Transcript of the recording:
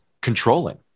controlling